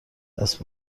دست